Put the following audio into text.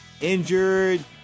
Injured